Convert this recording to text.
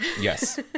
Yes